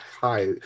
Hi